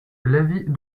l’avis